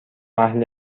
اهل